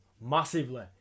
Massively